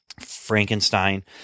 Frankenstein